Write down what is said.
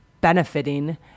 benefiting